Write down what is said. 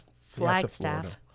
flagstaff